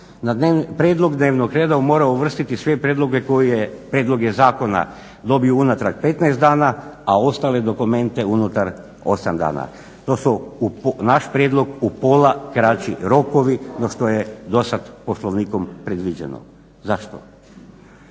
na prijedlog dnevnog reda mora uvrstiti sve prijedloge koje, prijedloge zakona dobiju unatrag petnaest dana, a ostale dokumente unutar osam dana. To su, naš prijedlog u pola kraći rokovi no što je do sad Poslovnikom predviđeno. Zašto?